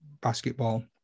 basketball